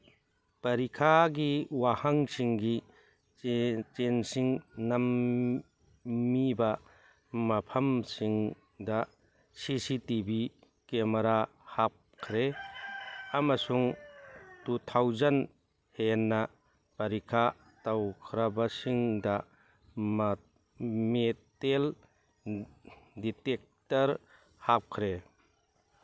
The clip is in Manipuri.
ꯄꯔꯤꯈꯥꯒꯤ ꯋꯥꯍꯪꯁꯤꯡꯒꯤ ꯆꯦꯟꯁꯤꯡ ꯅꯝꯃꯤꯕ ꯃꯐꯝꯁꯤꯡꯗ ꯁꯤ ꯁꯤ ꯇꯤ ꯚꯤ ꯀꯦꯃꯦꯔꯥ ꯍꯥꯞꯈ꯭ꯔꯦ ꯑꯃꯁꯨꯡ ꯇꯨ ꯊꯥꯎꯖꯟ ꯍꯦꯟꯅ ꯄꯔꯤꯈꯥ ꯇꯧꯈ꯭ꯔꯕꯁꯤꯡꯗ ꯃꯦꯇꯦꯜ ꯗꯤꯇꯦꯛꯇꯔ ꯍꯥꯞꯈ꯭ꯔꯦ